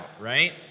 right